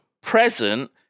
Present